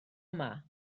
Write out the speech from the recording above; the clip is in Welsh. yma